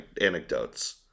anecdotes